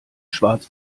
schwarz